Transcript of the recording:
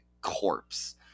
corpse